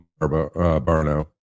Barno